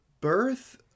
birth